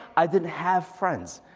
i didn't have friends.